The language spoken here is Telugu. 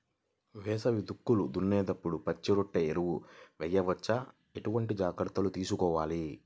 వేసవి దుక్కులు దున్నేప్పుడు పచ్చిరొట్ట ఎరువు వేయవచ్చా? ఎటువంటి జాగ్రత్తలు తీసుకోవాలి?